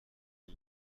اون